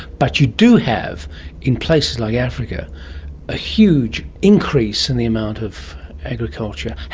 but you do have in places like africa a huge increase in the amount of agriculture.